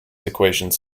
equations